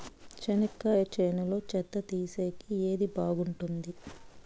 చెనక్కాయ చేనులో చెత్త తీసేకి ఏది బాగుంటుంది?